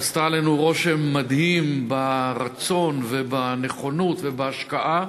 שעשתה עלינו רושם מדהים ברצון ובנכונות ובהשקעה,